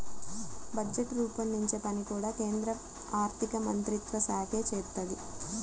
budget రూపొందించే పని కూడా కేంద్ర ఆర్ధికమంత్రిత్వశాఖే చేత్తది